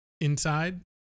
inside